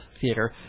Theater